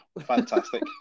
Fantastic